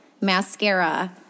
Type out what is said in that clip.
mascara